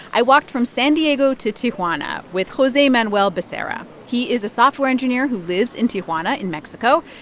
i walked from san diego to tijuana with jose manuel becerra. he is a software engineer who lives in tijuana, in mexico,